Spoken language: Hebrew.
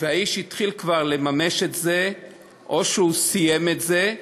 והאיש כבר התחיל לממש את זה או שהוא סיים את זה,